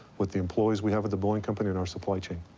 with the employees we have at the boeing company and our supply chain.